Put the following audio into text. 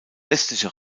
westliche